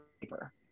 paper